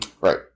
right